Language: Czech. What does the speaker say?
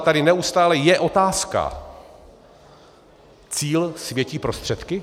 Tady neustále je otázka: cíl světí prostředky?